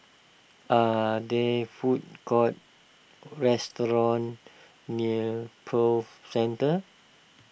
are they food courts restaurants near Prove Centre